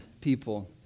people